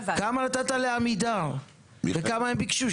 נתת לעמידר וכמה הם ביקשו?